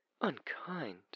Unkind